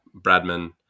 Bradman